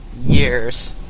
years